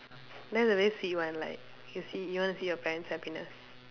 that's a very sweet one like you see you want to see your parents happiness